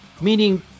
Meaning